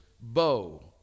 bow